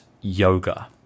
yoga